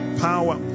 power